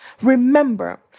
remember